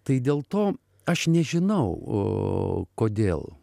tai dėl to aš nežinau kodėl